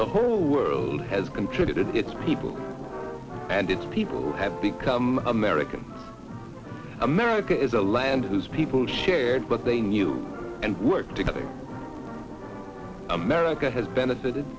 the whole world has contributed to its people and its people have become american america is a land whose people shared but they knew and worked together america has benefited